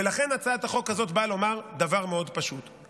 ולכן הצעת החוק הזאת באה לומר דבר מאוד פשוט,